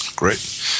Great